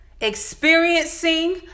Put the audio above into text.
experiencing